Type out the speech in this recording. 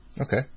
okay